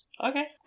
Okay